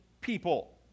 people